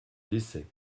décès